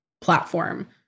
platform